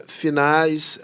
finais